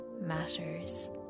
matters